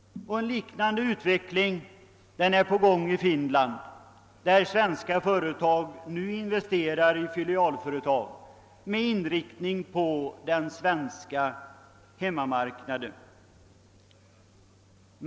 En liknande utveckling är på gång i Finland, där svenska företag nu investerar i filialföretag med inriktning på den svenska hemmamarknaden.